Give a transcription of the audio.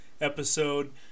episode